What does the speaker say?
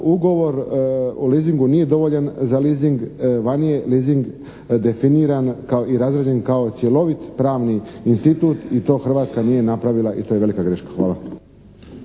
Ugovor o leasingu nije dovoljan za leasing. Vani je leasing definiran i razrađen kao cjelovit pravni institut i to Hrvatska nije napravila i to je velika greška. Hvala.